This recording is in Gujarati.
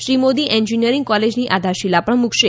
શ્રી મોદી એન્જીનીયરીંગ કોલેજની આધારશીલા પણ મુકશે